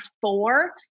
four